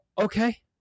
okay